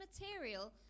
material